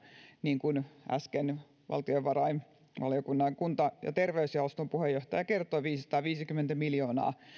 niin kuin äsken valtiovarainvaliokunnan kunta ja terveysjaoston puheenjohtaja kertoi viisisataaviisikymmentä miljoonaa